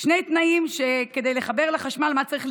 שני תנאים, מה צריך לקרות כדי לחבר לחשמל: